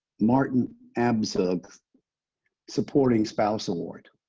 martin abzug supporting spouse award.